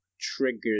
triggered